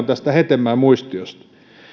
tästä hetemäen muistiosta